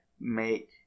make